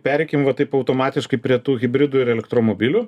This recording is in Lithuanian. pereikim va taip automatiškai prie tų hibridų ir elektromobilių